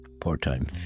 part-time